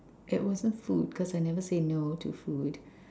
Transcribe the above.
it wasn't food cause I never say no to food